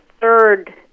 third